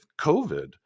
COVID